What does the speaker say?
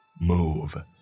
Move